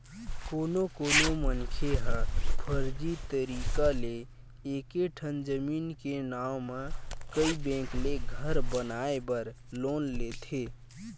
कोनो कोनो मनखे ह फरजी तरीका ले एके ठन जमीन के नांव म कइ बेंक ले घर बनाए बर लोन लेथे